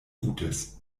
gutes